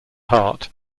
heart